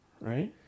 right